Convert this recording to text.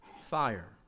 fire